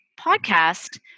podcast